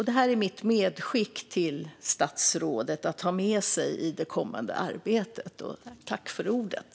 Detta är mitt medskick till statsrådet i det kommande arbetet.